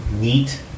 neat